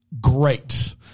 Great